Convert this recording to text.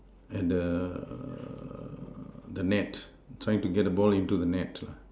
at the the net trying to get the ball into the net lah